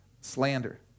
slander